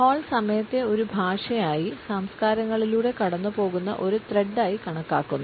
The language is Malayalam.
ഹാൾ സമയത്തെ ഒരു ഭാഷയായി സംസ്കാരങ്ങളിലൂടെ കടന്നുപോകുന്ന ഒരു ത്രെഡായി കണക്കാക്കുന്നു